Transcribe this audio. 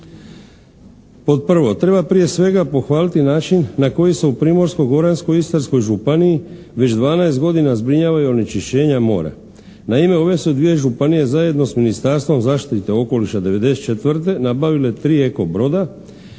Pod prvo, treba prije svega pohvaliti način na koji se u Primorsko-goranskoj i Istarskoj županiji već dvanaest godina zbrinjavaju onečišćenja mora. Naime, ove su dvije županije zajedno s Ministarstvom zaštite okoliša 94. nabavile tri eko broda